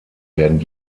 werden